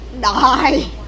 die